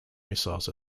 missiles